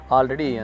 Already